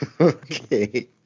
Okay